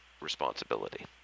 responsibility